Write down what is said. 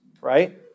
right